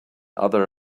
other